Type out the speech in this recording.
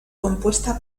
compuesta